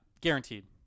Guaranteed